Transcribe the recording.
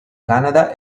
canada